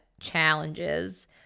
challenges